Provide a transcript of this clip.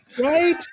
Right